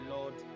Lord